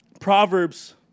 proverbs